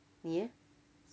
你 eh